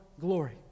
glory